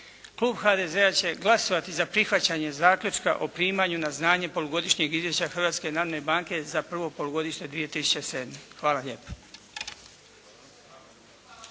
klub HDZ-a će glasovati za prihvaćanje Zaključka o primanju na znanje Polugodišnjeg Izvješća Hrvatske narodne banke za prvo polugodište 2007. Hvala lijepa.